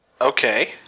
Okay